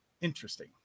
Interesting